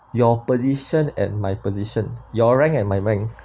your position and my position your rank and my rank